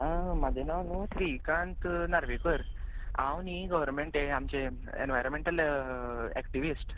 आं म्हाजें नांव न्हू श्रीकांत नार्वेकर हांव न्ही गव्हरमेंट हें आमचें एनवायरोमेंटल एक्टिविस्ट